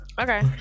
Okay